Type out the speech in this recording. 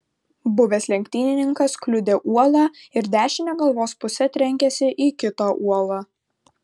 buvęs lenktynininkas kliudė uolą ir dešine galvos puse trenkėsi į kitą uolą